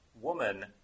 woman